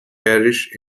parish